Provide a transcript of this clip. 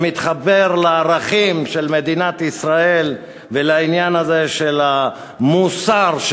שמתחבר לערכים של מדינת ישראל ולעניין הזה של המוסר,